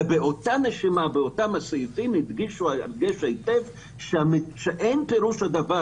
ובאותה נשימה גם הדגישו הדגש היטב שאין פירוש הדבר